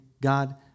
God